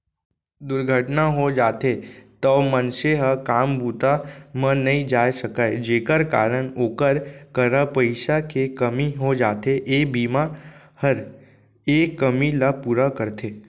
दुरघटना हो जाथे तौ मनसे ह काम बूता म नइ जाय सकय जेकर कारन ओकर करा पइसा के कमी हो जाथे, ए बीमा हर ए कमी ल पूरा करथे